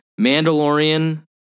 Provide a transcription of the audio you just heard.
Mandalorian